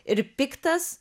ir piktas